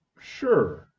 sure